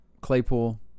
Claypool